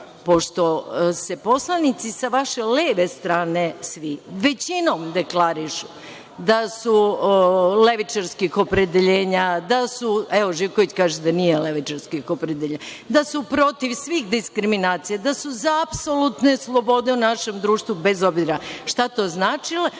pošto se poslanici sa vaše leve strane većinom deklarišu da su levičarskih opredeljenja, evo Živković kaže da nije levičarskih opredeljenja, da su protiv svih diskriminacija, da su za apsolutne slobode u našem društvu, bez obzira šta to značilo,